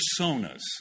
personas